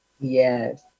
Yes